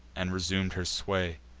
and resum'd her sway.